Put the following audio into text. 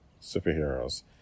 superheroes